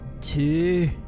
Two